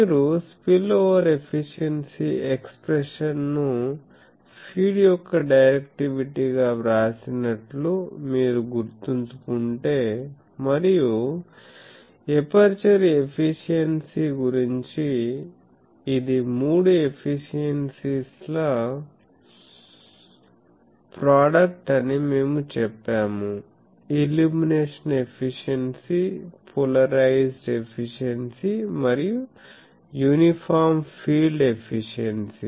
మీరు spillover efficiency ఎక్స్ప్రెషన్ను feed యొక్క డైరెక్టివిటీగా వ్రాసినట్లు మీరు గుర్తుంచుకుంటే మరియు ఎపర్చరు ఎఫిషియెన్సీ గురించి ఇది మూడు ఎఫిషియెన్సీస్ ల ప్రోడక్ట్ అని మేము చెప్పాము ఇల్యూమినేషన్ ఎఫిషియెన్సీ పోలరైజ్డ్ ఎఫిషియెన్సీ మరియు యూనిఫామ్ ఫీల్డ్ ఎఫిషియెన్సీ